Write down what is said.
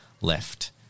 left